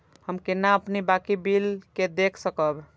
हम केना अपन बाकी बिल के देख सकब?